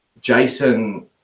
Jason